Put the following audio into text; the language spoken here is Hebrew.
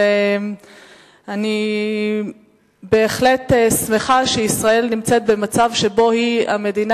ואני בהחלט שמחה שישראל נמצאת במצב שבו היא המדינה,